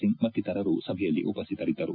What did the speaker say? ಸಿಂಗ್ ಮತ್ತಿತರರು ಸಭೆಯಲ್ಲಿ ಉಪಸ್ಥಿತರಿದ್ದರು